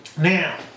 Now